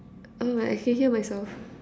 oh my I can hear myself